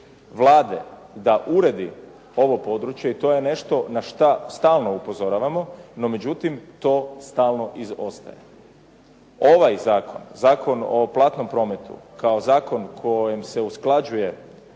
Vlade da uredi ovo područje. I to je nešto na što stalno upozoravamo, no međutim to stalno izostaje. Ovaj zakon, Zakon o platnom prometu kao zakon kojim se usklađuje